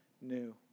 new